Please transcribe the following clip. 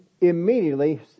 immediately